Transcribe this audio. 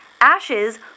Ashes